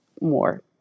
more